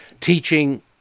teaching